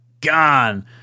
Gone